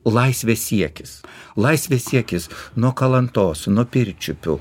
laisvės siekis laisvės siekis nuo kalantos nuo pirčiupių